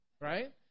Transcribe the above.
Right